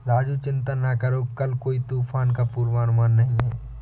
राजू चिंता ना करो कल कोई तूफान का पूर्वानुमान नहीं है